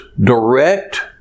direct